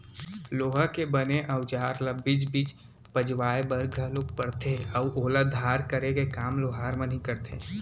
लोहा के बने अउजार ल बीच बीच पजवाय बर घलोक परथे अउ ओला धार करे के काम लोहार मन ही करथे